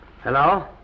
Hello